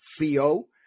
co